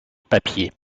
papier